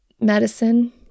medicine